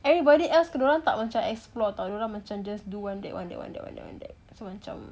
everybody else dorang tak macam explore tau dorang macam just do one that one that one that one that one that so macam